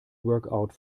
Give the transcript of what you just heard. workout